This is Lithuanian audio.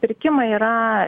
pirkimai yra